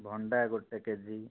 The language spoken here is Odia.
ଭଣ୍ଡା ଗୋଟେ କେଜି